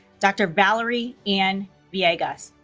dr. valerie ann viegas